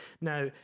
Now